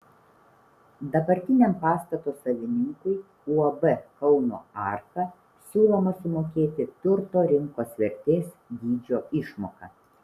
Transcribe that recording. dabartiniam pastato savininkui uab kauno arka siūloma sumokėti turto rinkos vertės dydžio išmoką